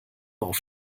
auf